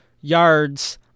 yards